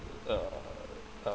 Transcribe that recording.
err uh